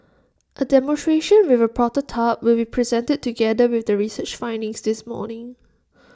A demonstration with A prototype will be presented together with the research findings this morning